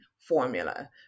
formula